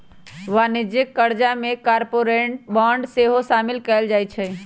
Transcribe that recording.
वाणिज्यिक करजा में कॉरपोरेट बॉन्ड सेहो सामिल कएल जाइ छइ